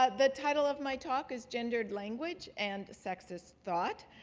ah the title of my talk is gendered language and sexist thought.